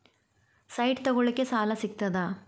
Site ತಗೋಳಿಕ್ಕೆ ಸಾಲಾ ಸಿಗ್ತದಾ?